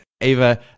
Ava